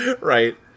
Right